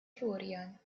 florian